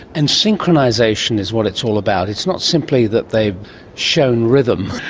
and synchronisation is what it's all about, it's not simply that they've shown rhythm,